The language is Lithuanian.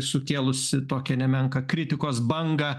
sukėlusi tokią nemenką kritikos bangą